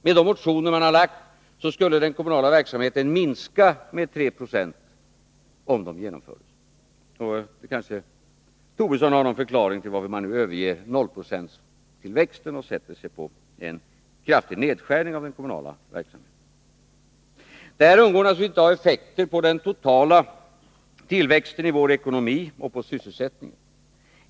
Med de motioner man har framlagt skulle den kommunala verksamheten minska med 3 96, om de genomfördes. Lars Tobisson kanske har någon förklaring till varför man nu överger nollprocentstillväxten och sätter sig på en kraftig nedskärning av den kommunala verksamheten? Detta undgår naturligtvis inte att ha effekter på den totala tillväxten i vår ekonomi och på sysselsättningen.